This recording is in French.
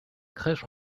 crèche